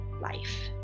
life